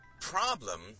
problem